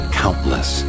countless